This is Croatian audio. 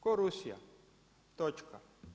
Kao Rusija, točka.